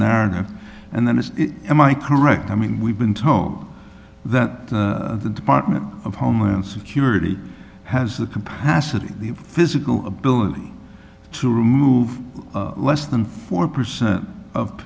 narrative and then is am i correct i mean we've been told that the department of homeland security has the capacity the physical ability to remove less than four percent of